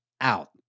out